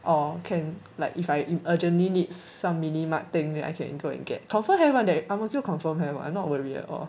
or can like if I urgently need some mini mart thing then I can go and get confirm have [one] ang mo kio confirm have I'm not worried at all